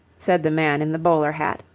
said the man in the bowler hat,